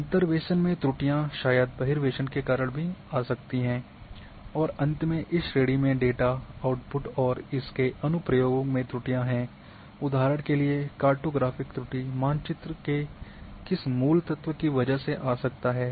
अंतर्वेशन में त्रुटियां शायद बहिर्वेशन के कारण भी आ सकती हैं और अंत में इस श्रेणी में डेटा आउट्पुट और इसके अनुप्रयोगों में त्रुटियां हैं उदाहरण के लिए कार्टोग्राफिक त्रुटि मानचित्र के किस मूल तत्व की वजह से आ सकता है